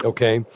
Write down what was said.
Okay